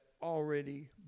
already